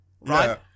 right